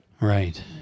Right